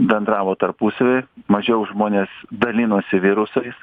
bendravo tarpusavy mažiau žmonės dalinosi virusais